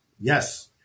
Yes